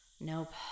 Nope